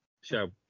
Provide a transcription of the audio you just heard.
show